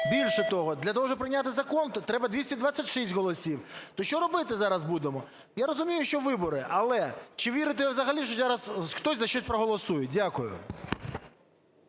Більше того, для того, щоб прийняти закон, то треба 226 голосів. То що робити зараз будемо? Я розумію, що вибори. Але чи вірите ви взагалі, що зараз хтось за щось проголосує? Дякую.